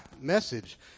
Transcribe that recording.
message